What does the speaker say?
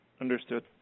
understood